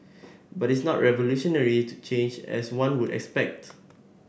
but is not a revolutionary change as one would expect